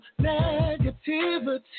negativity